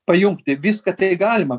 pajungti viską tai galima